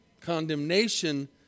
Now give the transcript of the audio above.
Condemnation